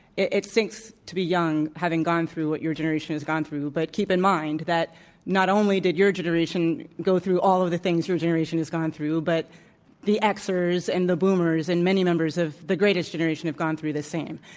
it stinks to be young, having gone through what your generation has gone through. but keep in mind that not only did your generation go through all of the things your generation has gone through, but the x ers and the boomers and many members of the greatest generation have gone through the same.